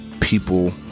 people